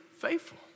faithful